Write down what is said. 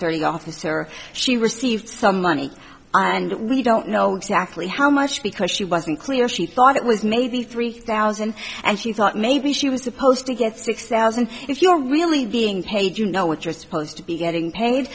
three officer she received some money and we don't know exactly how much because she wasn't clear she thought it was maybe three thousand and she thought maybe she was supposed to get six thousand if you're really being paid you know what you're supposed to be getting paid